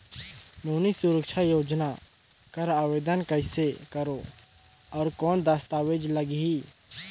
नोनी सुरक्षा योजना कर आवेदन कइसे करो? और कौन दस्तावेज लगही?